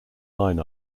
line